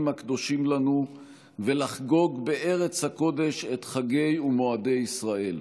הקדושים לנו ולחגוג בארץ הקודש את חגי ומועדי ישראל.